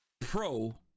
pro